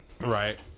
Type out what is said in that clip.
Right